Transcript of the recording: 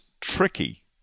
tricky